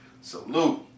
salute